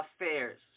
Affairs